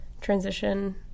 transition